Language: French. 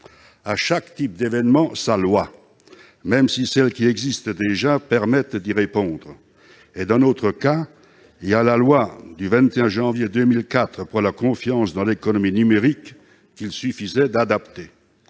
À chaque type d'événement sa loi, même si les textes en vigueur permettent d'y répondre ! Dans le cas présent, il y a la loi du 21 juin 2004 pour la confiance dans l'économie numérique, qu'il suffisait d'adapter.